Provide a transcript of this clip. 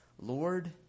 Lord